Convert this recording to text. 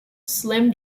slim